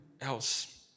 else